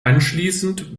anschließend